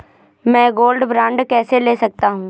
मैं gold bond कैसे ले सकता हूँ?